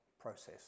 process